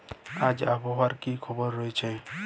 আজ আবহাওয়ার কি খবর রয়েছে?